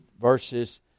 verses